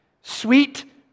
Sweet